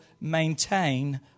maintain